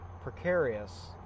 precarious